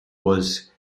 was